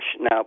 Now